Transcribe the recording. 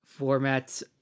formats